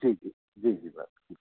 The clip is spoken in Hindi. जी जी जी जी बस ठीक